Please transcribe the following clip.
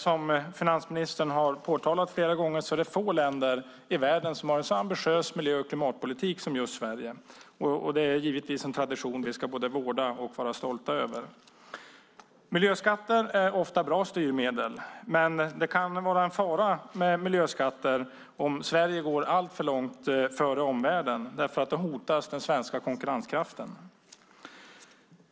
Som finansministern har påtalat flera gånger är det få länder i världen som har så ambitiös miljö och klimatpolitik som just Sverige, och det är givetvis en tradition vi ska både vårda och vara stolta över. Miljöskatter är ofta bra styrmedel, men det kan vara en fara med miljöskatter om Sverige går alltför långt före omvärlden. Då hotas nämligen den svenska konkurrenskraften.